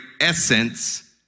essence